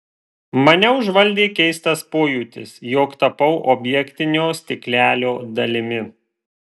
mane užvaldė keistas pojūtis jog tapau objektinio stiklelio dalimi